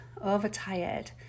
overtired